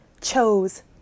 chose